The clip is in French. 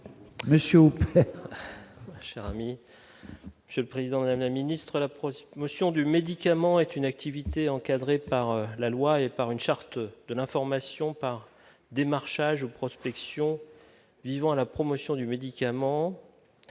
chez le président Lana ministre Alain Prost motion du médicament est une activité encadrée par la loi et par une charte de l'information par démarchage protection vivant à la promotion du médicament